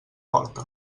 porta